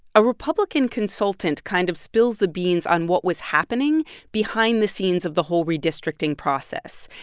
a republican consultant kind of spills the beans on what was happening behind the scenes of the whole redistricting process.